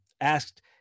asked